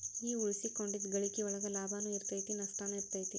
ಈ ಉಳಿಸಿಕೊಂಡಿದ್ದ್ ಗಳಿಕಿ ಒಳಗ ಲಾಭನೂ ಇರತೈತಿ ನಸ್ಟನು ಇರತೈತಿ